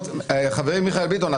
חברי מיכאל ביטון,